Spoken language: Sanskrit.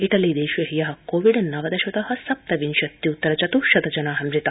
इटली देशे ह्य कोविड नवदश त सप्तविंशत्युत्तर चत्शशत जना मृता